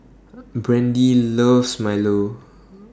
Brandie loves Milo